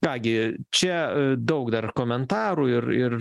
ką gi čia daug dar komentarų ir ir